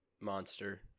monster